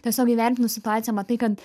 tiesiog įvertinus situaciją matai kad